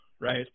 right